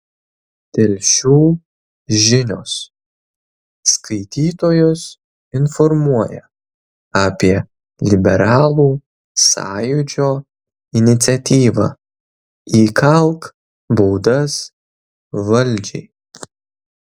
telšių žinios skaitytojus informuoja apie liberalų sąjūdžio iniciatyvą įkalk baudas valdžiai